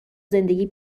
زندگی